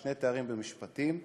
שני תארים במשפטים,